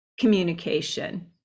communication